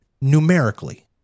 numerically